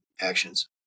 actions